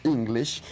English